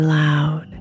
loud